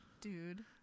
Dude